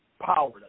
power